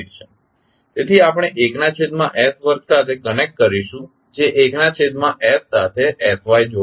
તેથી આપણે 1 ના છેદમાં s વર્ગ સાથે કનેક્ટ કરીશું જે 1 ના છેદમાં s સાથે sy સાથે જોડાશે